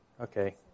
Okay